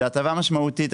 זו הטבה משמעותית.